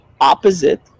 opposite